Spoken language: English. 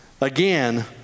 again